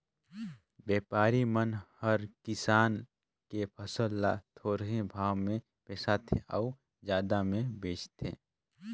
बेपारी मन हर किसान के फसल ल थोरहें भाव मे बिसाथें अउ जादा मे बेचथें